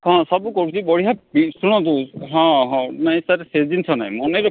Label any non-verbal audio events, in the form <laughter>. ହଁ ସବୁ କହୁଛି ବଢ଼ିଆ <unintelligible> ଶୁଣନ୍ତୁ ହଁ ହଁ ନାଇଁ ସାର୍ ସେ ଜିନିଷ ନାହିଁ ମନେ ରଖି